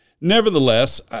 nevertheless